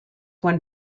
when